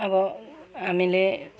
अब हामीले